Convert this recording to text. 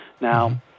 Now